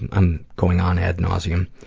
and i'm going on ad nauseam.